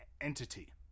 entity